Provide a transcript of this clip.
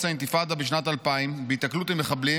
האינתיפאדה בשנת 2000 בהיתקלות עם מחבלים,